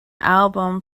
album